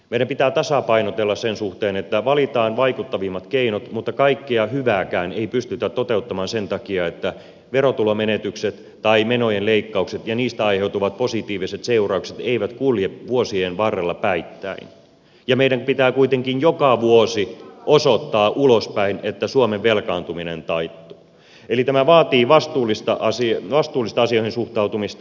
meidän pitää tasapainotella sen suhteen että valitaan vaikuttavimmat keinot mutta kaikkea hyvääkään ei pystytä toteuttamaan sen takia että verotulonmenetykset tai menojen leikkaukset ja niistä aiheutuvat positiiviset seuraukset eivät kulje vuosien varrella päittäin ja meidän pitää kuitenkin joka vuosi osoittaa ulospäin että suomen velkaantuminen taittuu eli tämä vaatii vastuullista asioihin suhtautumista